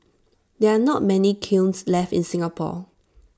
there are not many kilns left in Singapore